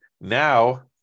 now